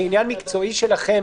כעניין מקצועי שלכם,